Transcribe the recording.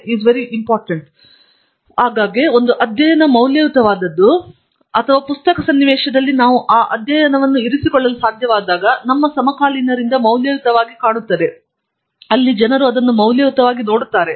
ನಂತರ ಆಗಾಗ್ಗೆ ಒಂದು ಅಧ್ಯಯನ ಮೌಲ್ಯಯುತವಾದದ್ದು ಅಥವಾ ಪ್ರಸಕ್ತ ಸನ್ನಿವೇಶದಲ್ಲಿ ನಾವು ಆ ಅಧ್ಯಯನವನ್ನು ಇರಿಸಿಕೊಳ್ಳಲು ಸಾಧ್ಯವಾದಾಗ ನಮ್ಮ ಸಮಕಾಲೀನರಿಂದ ಮೌಲ್ಯಯುತವಾಗಿ ಕಾಣುತ್ತದೆ ಅಲ್ಲಿ ಜನರು ಅದನ್ನು ಮೌಲ್ಯಯುತವಾಗಿ ನೋಡುತ್ತಾರೆ